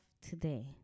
today